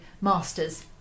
master's